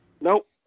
Nope